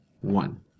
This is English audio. one